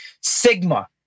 Sigma